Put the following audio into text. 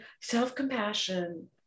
self-compassion